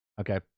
Okay